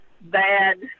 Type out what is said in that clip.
bad